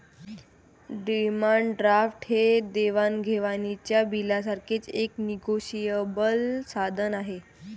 demand draft हे देवाण घेवाणीच्या बिलासारखेच एक निगोशिएबल साधन आहे